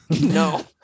No